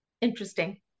interesting